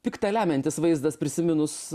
piktą lemiantis vaizdas prisiminus